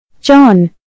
John